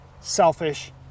selfish